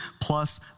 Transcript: plus